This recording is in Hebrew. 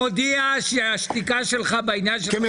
אני מודיע שהשתיקה שלך בעניין של חבר